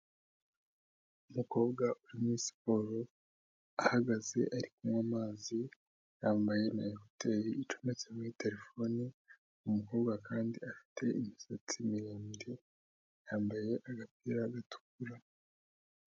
Umukobwa uri muri siporo. Ahagaze ari kunywa amazi yambaye na ekuteri icometse muri terefone, umukobwa kandi afite imisatsi miremire. Yambaye agapira gatukura.